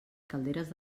calderes